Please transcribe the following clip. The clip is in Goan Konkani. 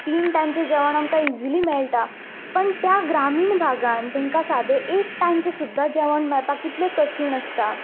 तीन टायमचें जेवण आमकां इजिली मेळटा पण त्या ग्रामीण भागान तेंकां सादें एक टायमचें सुद्दां जेवण मेळपाक कितले कठीण आसता